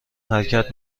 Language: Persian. حرکت